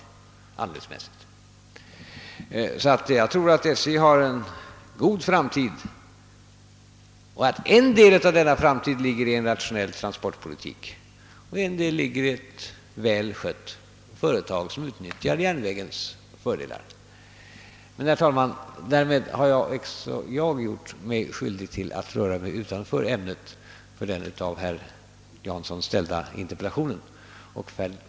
Jag tror sålunda att SJ har en god framtid och ett en del av denna framtid ligger i en rationell transportpolitik och en del i ett väl skött företag som utnyttjar järnvägens fördelar. Herr talman! Med detta har jag gjort mig skyldig till att röra mig utanför ämnet för den av herr Jansson ställda interpellationen.